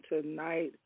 tonight